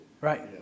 Right